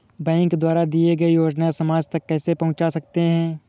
Bank द्वारा दिए गए योजनाएँ समाज तक कैसे पहुँच सकते हैं?